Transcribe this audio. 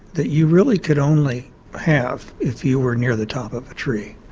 that you really could only have if you were near the top of a tree.